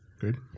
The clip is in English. Good